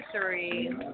Three